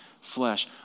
flesh